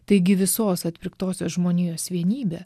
taigi visos atpirktosios žmonijos vienybė